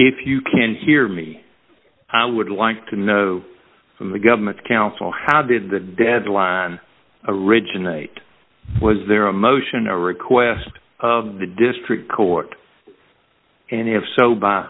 if you can hear me i would like to know from the government council how did the deadline originate was there a motion a request the district court and if so